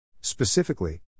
Specifically